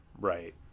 Right